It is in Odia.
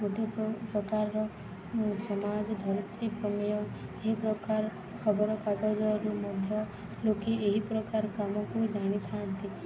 ଗୋଟେ ପ୍ରକାରର ସମାଜ ଧରିତ୍ରୀ ପ୍ରମେୟ ଏହି ପ୍ରକାର ଖବରକାଗଜରୁ ମଧ୍ୟ ଲୋକେ ଏହି ପ୍ରକାର କାମକୁ ହିଁ ଜାଣିଥାନ୍ତି